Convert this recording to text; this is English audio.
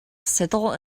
settle